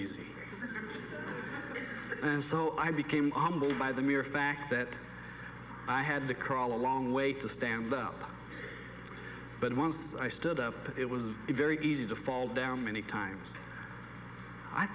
easy and so i became kambal by the mere fact that i had to crawl a long way to stand up but once i stood up it was very easy to fall down many times i